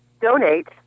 donate